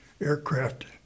aircraft